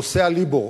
נושא ה-LIBOR.